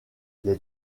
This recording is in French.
les